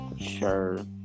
Sure